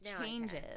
changes